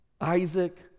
Isaac